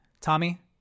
Tommy